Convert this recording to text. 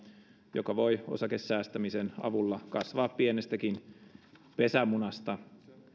joka voi osakesäästämisen avulla kasvaa pienestäkin pesämunasta